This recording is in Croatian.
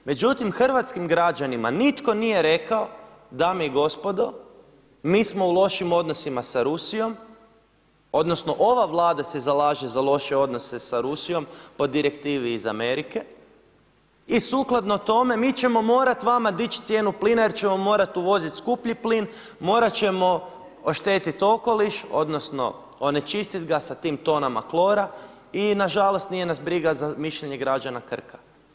Međutim hrvatskim građanima nitko nije rekao dame i gospodo mi smo u lošim odnosima sa Rusijom odnosno ova Vlada se zalaže za loše odnose sa Rusijom po direktivi iz Amerike i sukladno tome mi ćemo morati vama dići cijenu plina jer ćemo morati uvoziti skuplji plin, morat ćemo oštetiti okoliš odnosno onečistiti ga sa tim tonama klora i nažalost nije nas briga za mišljenje građana Krka.